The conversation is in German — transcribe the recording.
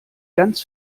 ganz